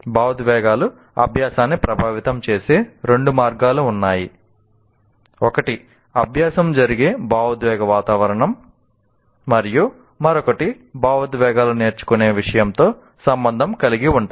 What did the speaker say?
భావోద్వేగాలు అభ్యాసాన్ని ప్రభావితం చేసే రెండు మార్గాలు ఉన్నాయి ఒకటి అభ్యాసం జరిగే భావోద్వేగ వాతావరణం మరియు మరొకటి భావోద్వేగాలు నేర్చుకునే విషయంతో సంబంధం కలిగి ఉంటాయి